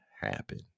happen